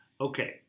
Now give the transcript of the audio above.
Okay